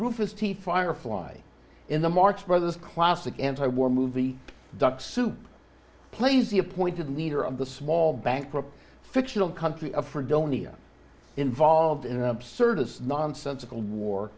rufus t firefly in the marx brothers classic anti war movie duck soup plays the appointed leader of the small bankrupt fictional country a for donia involved in absurd this nonsensical war